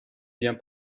viens